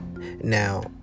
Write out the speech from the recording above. Now